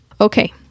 Okay